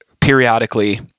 periodically